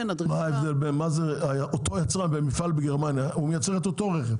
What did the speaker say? אותו יצרן במפעל בגרמניה מייצר את אותו רכב.